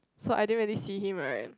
so I didn't see him Ryan